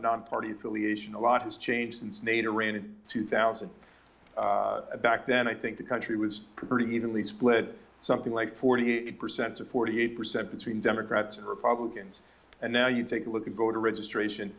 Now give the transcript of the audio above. not party affiliation a lot has changed since nader ran in two thousand back then i think the country was pretty evenly split something like forty eight percent to forty eight percent between democrats and republicans and now you take a look at voter registration